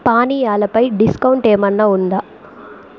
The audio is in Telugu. పానీయాలు పై డిస్కౌంట్ ఏమన్న ఉందా